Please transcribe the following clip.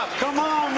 come on,